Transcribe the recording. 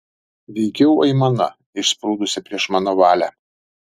veikiau aimana išsprūdusi prieš mano valią